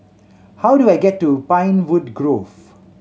how do I get to Pinewood Grove